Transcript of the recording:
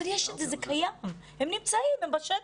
אבל יש את זה, זה קיים, הם נמצאים, הם בשטח.